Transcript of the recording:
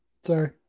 Sorry